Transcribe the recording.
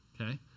okay